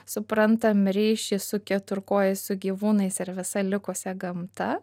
suprantam ryšį su keturkojais su gyvūnais ir visa likusia gamta